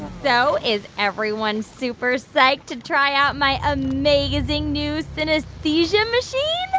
so is everyone super psyched to try out my amazing new synesthesia machine?